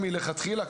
מלכתחילה,